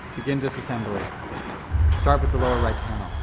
begin disassembling start with the lower right